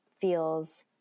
feels